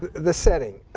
the setting,